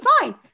fine